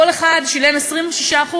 כל אחד שילם 26%,